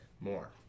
more